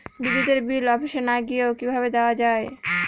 বিদ্যুতের বিল অফিসে না গিয়েও কিভাবে দেওয়া য়ায়?